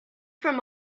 from